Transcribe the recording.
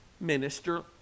minister